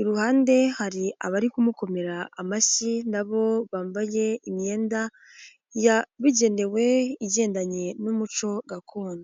iruhande hari abari kumukomera amashyi na bo bambaye imyenda yabugenewe igendanye n'umuco gakondo.